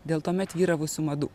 dėl tuomet vyravusių madų